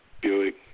Buick